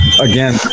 again